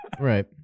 Right